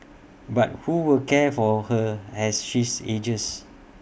but who will care for her as she's ages